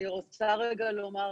אני רוצה לומר